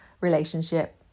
relationship